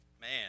Man